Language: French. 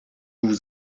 vous